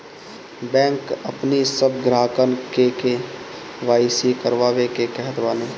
bank अपनी सब ग्राहकन के के.वाई.सी करवावे के कहत बाने